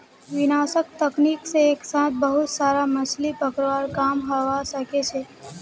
विनाशक तकनीक से एक साथ बहुत सारा मछलि पकड़वार काम हवा सके छे